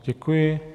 Děkuji.